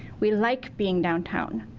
we like being downtown,